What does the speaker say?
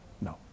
No